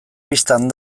bistan